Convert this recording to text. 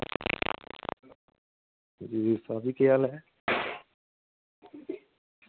होर शाह् जी केह् हाल ऐ